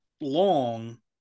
long